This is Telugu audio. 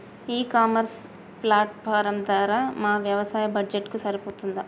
ఈ ఇ కామర్స్ ప్లాట్ఫారం ధర మా వ్యవసాయ బడ్జెట్ కు సరిపోతుందా?